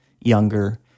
younger